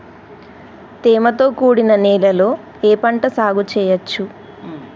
తేమతో కూడిన నేలలో ఏ పంట సాగు చేయచ్చు?